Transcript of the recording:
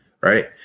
right